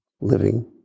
living